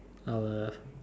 our